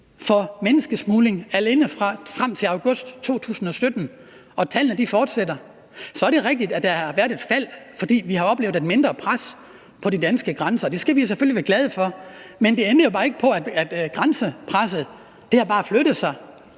for menneskesmugling alene frem til august 2017 – og tallene fortsætter sådan. Så er det rigtigt, at der har været et fald, fordi vi har oplevet et mindre pres på de danske grænser, og det skal vi selvfølgelig være glade for. Men det ændrer jo ikke på, at presset på grænserne bare har flyttet sig